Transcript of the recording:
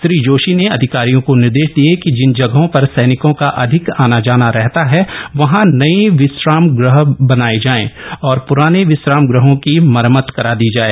श्री जोशी ने अधिकारियों को निर्देश दिये कि जिन जगहों पर सैनिकों का अधिक आना जाना रहता है वहां नये विश्राम गृह बनाये जाएं और प्राने विश्राम ग़हों की मरम्मत करा दी जाए